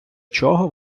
чого